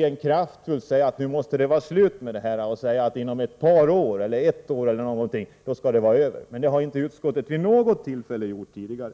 man kraftfullt säga att det måste bli ett slut och att frågan måste lösas inom ett eller ett par år. Det har emellertid inte utskottet gjort.